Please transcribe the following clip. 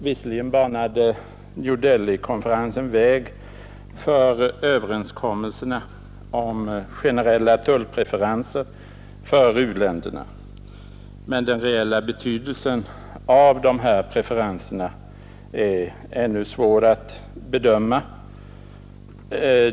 New Delhi-konferensen banade visserligen väg för överenskommelserna om generella tullpreferenser för u-länderna, men den reella betydelsen av dessa preferenser är ännu svår att bedöma.